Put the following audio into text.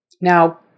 Now